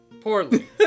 poorly